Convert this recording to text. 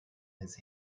his